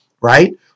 right